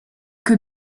que